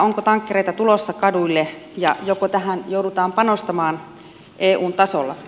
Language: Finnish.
onko tankkereita tulossa kaduille ja joko tähän joudutaan panostamaan eun tasolla